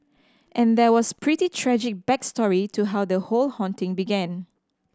and there was pretty tragic back story to how the whole haunting began